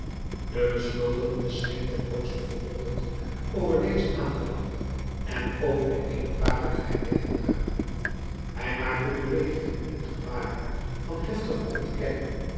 de beschuldigde scheen ten hoogste verwonderd over deze aanklacht en over de eenparigheid der getuigen hij maakte bewegingen en gebaren van heftige ontkenning